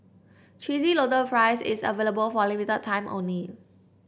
Cheesy Loaded Fries is available for a limited time only